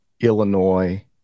Illinois